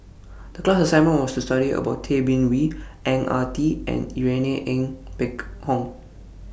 The class assignment was to study about Tay Bin Wee Ang Ah Tee and Irene Ng Phek Hoong